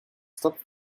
stop